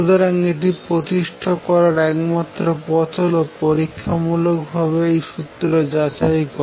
সুতরাং এটি প্রতিষ্ঠা করার একমাত্র পথ হল পরীক্ষামূলকভাবে সূত্র যাচাই করা